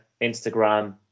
Instagram